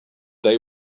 they